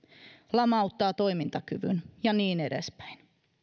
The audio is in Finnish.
lamauttavat toimintakyvyn ja niin edespäin